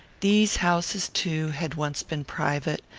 these houses too had once been private,